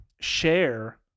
share